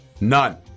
None